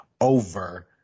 over